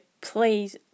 please